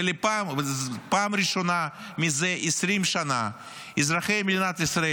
ופעם ראשונה זה 20 שנה אזרחי מדינת ישראל